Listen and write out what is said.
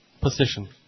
Position